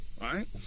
Right